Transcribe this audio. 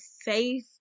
safe